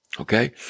Okay